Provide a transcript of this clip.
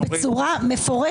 אם אתה עושה שימוש סיטונאי בפסקת